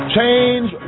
Change